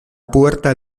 puerta